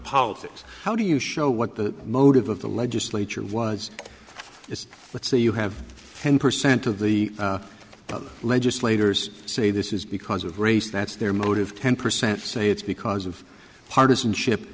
politics how do you show what the motive of the legislature was is let's say you have ten percent of the legislators say this is because of race that's their motive ten percent say it's because of partisanship